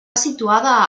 situada